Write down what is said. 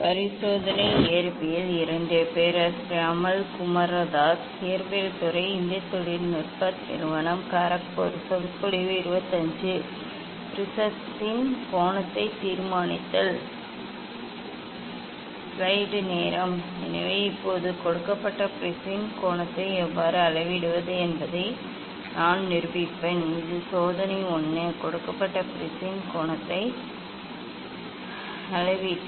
ப்ரிஸத்தின் கோணத்தை தீர்மானித்தல் எனவே இப்போது கொடுக்கப்பட்ட ப்ரிஸின் கோணத்தை எவ்வாறு அளவிடுவது என்பதை நான் நிரூபிப்பேன் இது சோதனை 1 கொடுக்கப்பட்ட ப்ரிஸின் கோணத்தின் அளவீட்டு